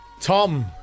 Tom